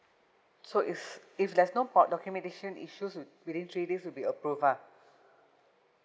so it's if there's no prob~ documentation issues within three days it would be approved ah